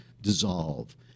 dissolve